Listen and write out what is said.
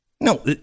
No